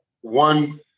one